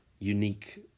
unique